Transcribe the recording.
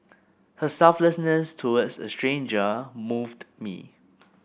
her selflessness towards a stranger moved me